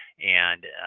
and